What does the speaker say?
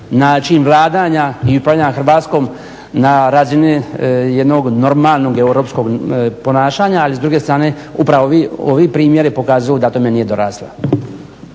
način vladanja i upravljanja Hrvatskom na razini jednog normalno europskog ponašanja ali s druge strane upravo ovi primjeri pokazuju da tome nije dorasla.